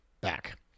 back